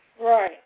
Right